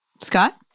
Scott